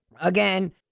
Again